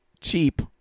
cheap